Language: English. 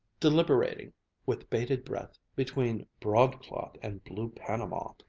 deliberating with bated breath between broadcloth and blue panama,